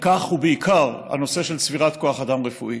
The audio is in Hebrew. ובעיקר הנושא של צבירת כוח אדם רפואי,